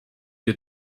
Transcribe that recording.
you